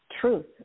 truth